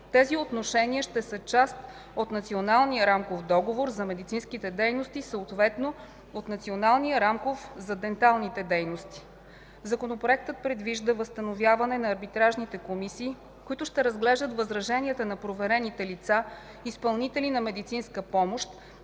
Тези отношения ще са част от Националния рамков договор за медицинските дейности, съответно от Националния рамков за денталните дейности. Законопроектът предвижда възстановяване на арбитражните комисии, които ще разглеждат възраженията на проверените лица – изпълнители на медицинска помощ,